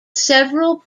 several